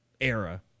era